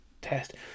test